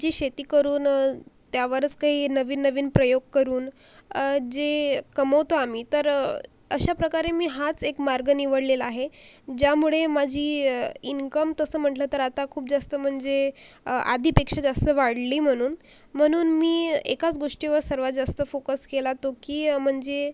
जी शेती करून त्यावरच काही नवीन नवीन प्रयोग करून जे कमवतो आम्ही तर अशा प्रकारे मी हाच एक मार्ग निवडलेला आहे ज्यामुळे माझी इन्कम तसं म्हटलं तर आता खूप जास्त म्हणजे आधीपेक्षा जास्त वाढली म्हणून म्हणून मी एकाच गोष्टीवर सर्वात जास्त फोकस केला तो की म्हणजे